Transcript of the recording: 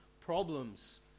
problems